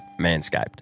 Manscaped